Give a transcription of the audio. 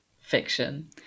fiction